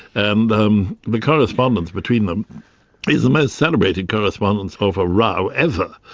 and um the correspondence between them is the most celebrated correspondence of a row ever,